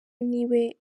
niwe